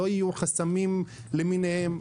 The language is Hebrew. לא יהיו חסמים למיניהם.